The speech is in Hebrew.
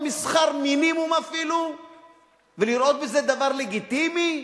משכר מינימום אפילו ולראות בזה דבר לגיטימי,